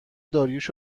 داریوش